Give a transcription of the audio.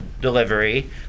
delivery